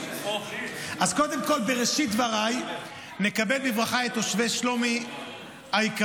אז קודם כול בראשית דבריי נכבד בברכה את תושבי שלומי היקרים.